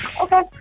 Okay